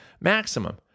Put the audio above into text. maximum